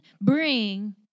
bring